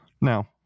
Now